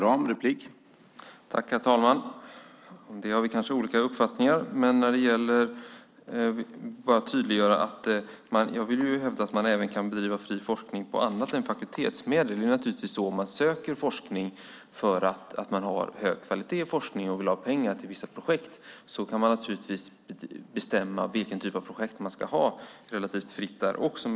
Herr talman! Om det har kanske jag och Ulf Nilsson olika uppfattningar. Jag hävdar att man kan bedriva fri forskning på annat än fakultetsmedel. Söker man forskningsmedel för att man har hög kvalitet i forskningen och vill ha pengar till vissa projekt kan man givetvis bestämma vilken typ av projekt man ska ha relativt fritt där också.